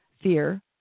fear